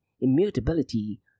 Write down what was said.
immutability